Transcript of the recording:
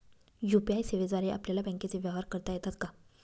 UPI सेवेद्वारे आपल्याला बँकचे व्यवहार करता येतात का?